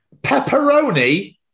pepperoni